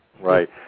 Right